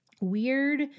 weird